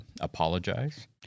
apologize